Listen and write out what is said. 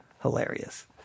hilarious